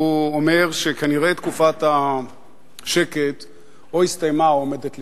הוא אומר שכנראה תקופת השקט או הסתיימה או עומדת להסתיים.